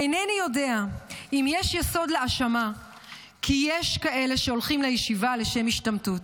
אינני יודע אם יש יסוד להאשמה כי יש כאלה שהולכים לישיבה לשם השתמטות.